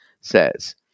says